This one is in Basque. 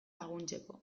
laguntzeko